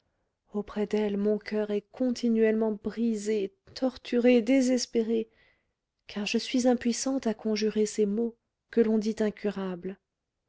auprès d'elle mon coeur est continuellement brisé torturé désespéré car je suis impuissante à conjurer ses maux que l'on dit incurables